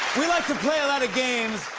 we like to play a lot of games,